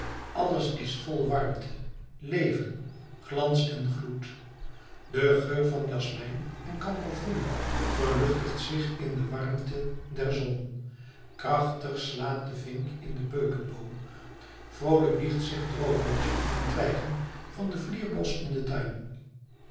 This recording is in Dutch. alles is vol warmte leven glans en gloed de geur van jasmijn en kamperfoelie vervluchtigt zich in de warmte der zon krachtig slaat de vink in den beukeboom vroolijk wiegt zich het roodborstje in de twijgen van het vlierbosch in den tuin